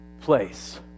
place